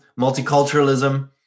multiculturalism